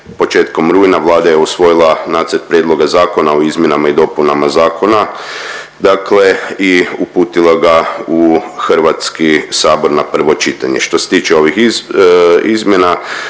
početkom rujna Vlada je usvojila Nacrt prijedloga zakona o izmjenama i dopunama Zakona, dakle i uputila ga u Hrvatski sabor na prvo čitanje. Što se tiče ovih izmjena,